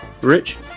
Rich